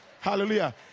hallelujah